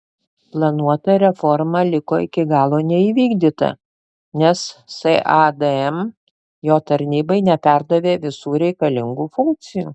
planuota reforma liko iki galo neįvykdyta nes sadm jo tarnybai neperdavė visų reikalingų funkcijų